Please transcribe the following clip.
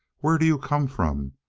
where do you come from?